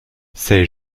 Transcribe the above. ces